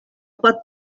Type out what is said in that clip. pot